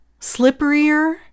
slipperier